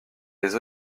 les